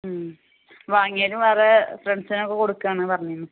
വാങ്ങിയാലും വേറെ ഫ്രണ്ട്സിനൊക്കെ കൊടുക്കാന്ന് പറഞ്ഞേന്